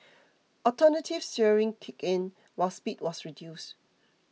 alternative steering kicked in while speed was reduced